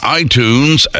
iTunes